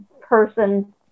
person